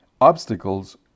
obstacles